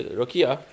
rokia